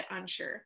Unsure